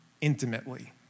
intimately